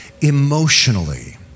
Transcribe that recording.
emotionally